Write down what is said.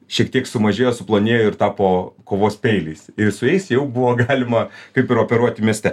šiek tiek sumažėjo suplonėjo ir tapo kovos peiliais ir su jais jau buvo galima kaip ir operuoti mieste